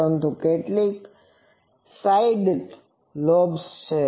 પરંતુ ત્યાં કેટલી સાઇડ લોબ્સ છે